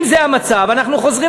אם זה המצב, אנחנו חוזרים.